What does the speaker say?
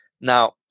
now